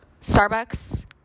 Starbucks